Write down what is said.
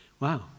Wow